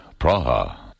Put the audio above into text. Praha